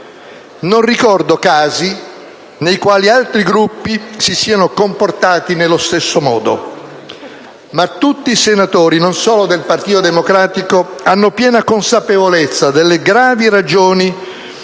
Non ricordo casi nei quali altri Gruppi si siano comportati nello stesso modo. Ma tutti i senatori, non solo del Partito Democratico, hanno piena consapevolezza delle gravi ragioni